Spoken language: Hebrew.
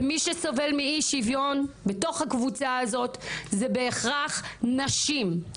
ומי שסובל מאי שוויון בתוך הקבוצה הזאת זה בהכרח נשים,